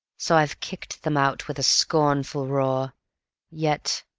so i kicked them out with a scornful roar yet,